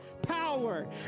Power